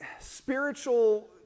spiritual